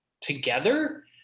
together